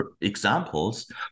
examples